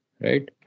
Right